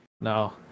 No